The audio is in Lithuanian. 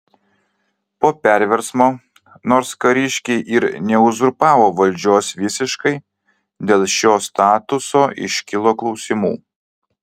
po perversmo nors kariškiai ir neuzurpavo valdžios visiškai dėl šio statuso iškilo klausimų